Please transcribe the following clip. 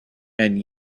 and